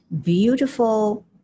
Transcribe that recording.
beautiful